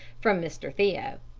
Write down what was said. from mr. theo.